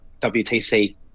WTC